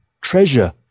Treasure